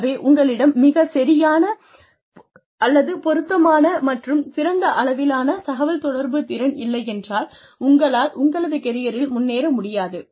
ஆகவே உங்களிடம் மிகச்சரியான அல்லது பொருத்தமான மற்றும் சிறந்த அளவிலான தகவல் தொடர்பு திறன் இல்லையென்றால் உங்களால் உங்களது கெரியரில் முன்னேற முடியாது